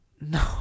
No